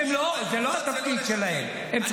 זה לא התפקיד שלהם.